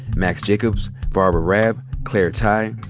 max jacobs, barbara raab, claire tighe,